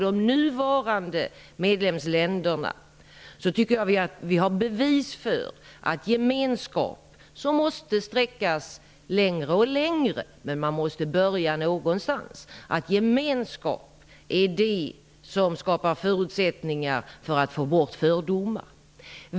De nuvarande medlemsländerna tycker jag är bevis för att gemenskap, som måste sträckas längre och längre men man måste börja någonstans - är det som skapar förutsättningar för att få bort fördomar.